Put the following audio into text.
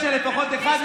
שלא יתפלא,